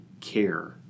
care